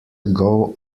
ago